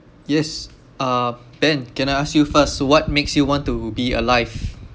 yes uh ben can I ask you first what makes you want to be alive